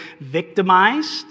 victimized